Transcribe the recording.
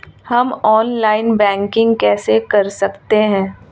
हम online banking कैसे कर सकते हैं?